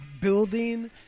building